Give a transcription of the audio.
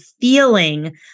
feeling